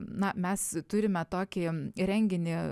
na mes turime tokį renginį